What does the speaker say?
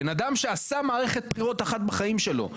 בן אדם שעשה מערכת בחירות אחת בחיים שלו,